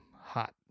hot